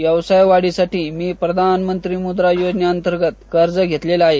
व्यवसाय वाढीसाठी मी प्रधानमंजी मुद्रा योजनेअंतर्गत कर्ज घेतलेले आहे